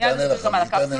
אענה על זה.